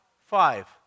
Five